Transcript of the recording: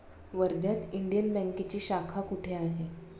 वर्ध्यात इंडियन बँकेची शाखा कुठे आहे?